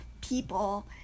people